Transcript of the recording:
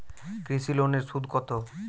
কৃষি লোনের সুদ কত?